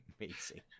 amazing